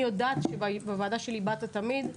אני יודעת שלוועדה שלי באת תמיד.